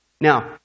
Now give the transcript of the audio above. Now